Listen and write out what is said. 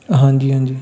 ਹਾਂਜੀ ਹਾਂਜੀ